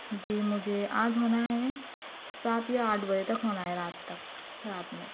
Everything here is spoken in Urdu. جی مجھے آج ہونا ہے سات یا آٹھ بجے تک ہونا ہے رات تک رات میں